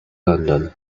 london